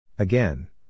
Again